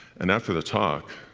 and after the talk,